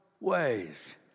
ways